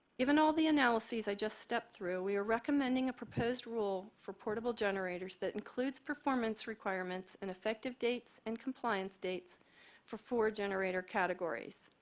given all the analyses i just stepped through, we are recommending proposed rule for portable generators that includes performance requirements and effective dates and compliance dates for four generator categories.